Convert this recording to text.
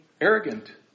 arrogant